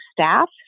staff